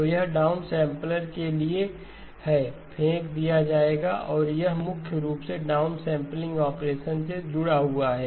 तो यह डाउनसेंपलर के लिए है फेंक दिया जाएगा और यह मुख्य रूप से डाउनसैंपलिंग ऑपरेशन से जुड़ा हुआ है